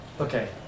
Okay